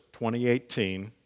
2018